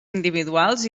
individuals